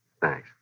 Thanks